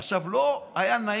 עכשיו, לא היה לו נעים.